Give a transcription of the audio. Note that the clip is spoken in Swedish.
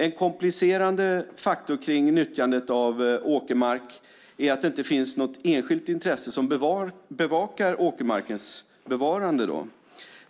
En komplicerande faktor kring nyttjandet av åkermark är att det inte finns något enskilt intresse som bevakar åkermarkens bevarande.